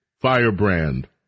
firebrand